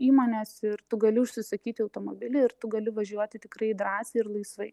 įmonės ir tu gali užsisakyti automobilį ir tu gali važiuoti tikrai drąsiai ir laisvai